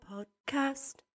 Podcast